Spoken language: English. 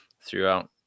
throughout